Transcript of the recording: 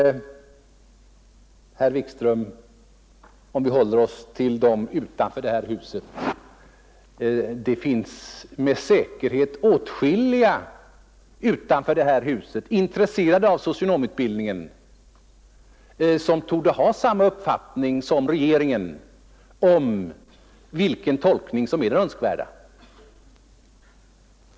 Det finns med säkerhet åtskilliga utanför detta hus — om vi nu håller oss till dem — som är intresserade av socionomutbildningen och som torde ha samma uppfattning som regeringen om vilken tolkning som är den önskvärda.